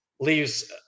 leaves